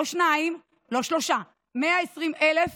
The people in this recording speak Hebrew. לא שניים, לא שלושה, 120,000,